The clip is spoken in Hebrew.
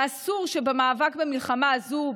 אסור שבמאבק במלחמה הזאת,